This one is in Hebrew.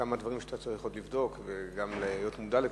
כמה דברים שאתה צריך לבדוק וגם להיות מודע לכך.